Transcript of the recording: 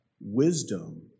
Wisdom